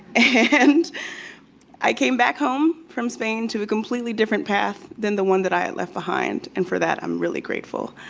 and i came back home from spain to a completely different path than the one that i had left behind, and for that i'm really grateful.